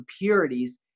impurities